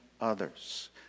others